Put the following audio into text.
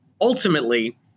Ultimately